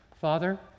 father